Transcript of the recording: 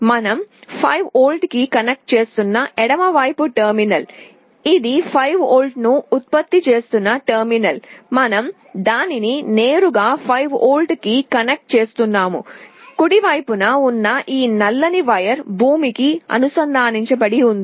మనం 5V కి connect చేస్తున్న ఎడమవైపు టెర్మినల్ ఇది 5V ను ఉత్పత్తి చేస్తున్న టెర్మినల్ మనం దానిని నేరుగా 5V కి కనెక్ట్ చేస్తున్నాము కుడివైపున ఉన్న ఈ నల్లని వైర్ భూమికి అనుసంధానించబడి ఉంది